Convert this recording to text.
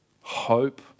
hope